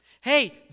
Hey